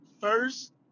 first